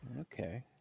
Okay